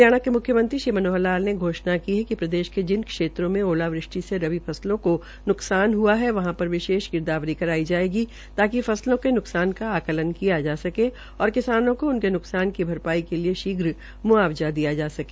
हरियाणा के मुख्यमंत्री श्री मनोहर लाल ने घोषणा की है कि प्रदेश के जिन क्षेत्रों में ओलावृष्टि से रबी फसलों को न्कसान हआ है वहां पर विशेष गिरदावरी करवाई जाएगी ताकि फसलों के न्कसान का आंकलन किया जा सके और किसानों को उनके न्कसान की भरपाई के लिए शीघ्र मुआवजा दिया जा सके